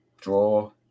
draw